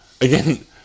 again